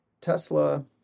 Tesla